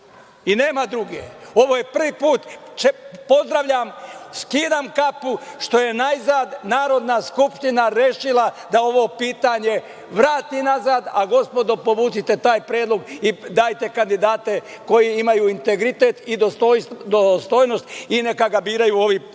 i nema druge. Ovo je prvi put. Pozdravljam, skidam kapu što je najzad Narodna skupština rešila da ovo pitanje vrati nazad, a gospodo povucite taj predlog i dajte kandidate koji imaju integritet i dostojnost i neka ga biraju narodni